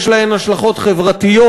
יש להן השלכות חברתיות.